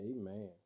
amen